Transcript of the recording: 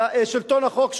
בשלטון החוק,